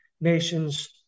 Nations